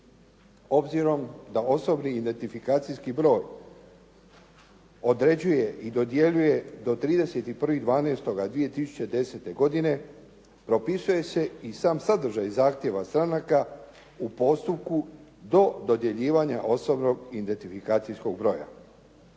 Obzirom da osobni identifikacijski broj određuje i dodjeljuje do 31.12.2010. godine, propisuje se i sam sadržaj zahtjeva stranaka u postupku od dodjeljivanja osobnog identifikacijskog broja.